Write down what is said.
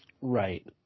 Right